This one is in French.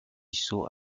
saut